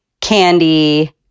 candy